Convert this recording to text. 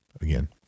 again